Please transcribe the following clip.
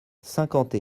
cinquante